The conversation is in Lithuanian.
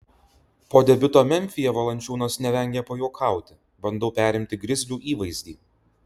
po debiuto memfyje valančiūnas nevengė pajuokauti bandau perimti grizlių įvaizdį